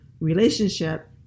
relationship